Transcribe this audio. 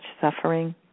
suffering